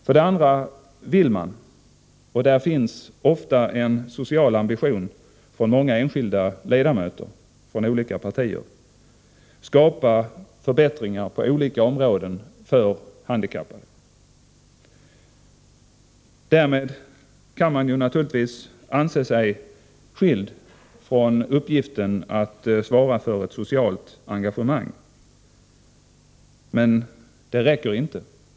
För det andra vill man på olika områden skapa förbättringar för handikappade — det finns ofta en social ambition hos många enskilda ledamöter från olika partier. Därmed kan man naturligtvis anse sig skild från uppgiften att svara för ett socialt engagemang — men det räcker inte.